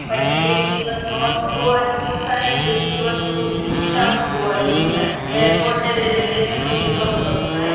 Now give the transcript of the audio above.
પછી એક દિવસ નોર્થ ગોવા ટુર થાય એક દિવસ સાઉથ ગોવા ટુર થાય એરપોટ ને રેલવે સ્ટેશનનું પીકઅપ ડ્રોપ થાય